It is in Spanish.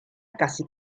casi